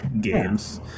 games